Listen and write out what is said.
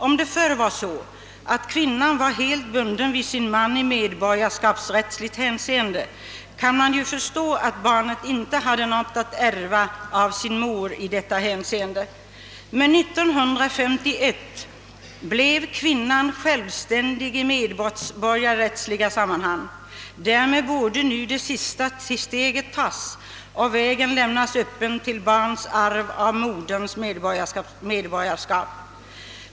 Om det förr var så att kvinnan var helt bunden vid sin man i medborgarskapsrättsligt hänseende, kan man ju förstå, att barnet inte hade något att ärva av sin moder i detta avseende. Men 1951 blev kvinnan självständig i medborgarrättsliga sammanhang. Därför borde nu det sista steget tas och lämna vägen öppen till barns arv av moderns medborgarskap.